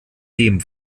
dem